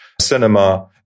cinema